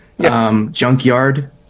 junkyard